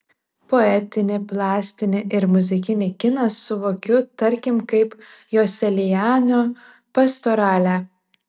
poetinį plastinį ir muzikinį kiną suvokiu tarkim kaip joselianio pastoralę